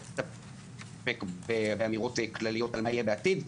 להסתפק באמירות כלליות על מה שיהיה בעתיד,